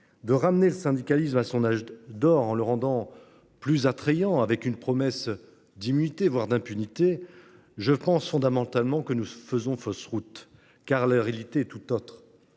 de ramener le syndicalisme à son âge d’or, en le rendant plus attrayant par une promesse d’immunité – voire d’impunité –, je pense fondamentalement que l’on fait fausse route, car la réalité est tout autre.